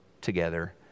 together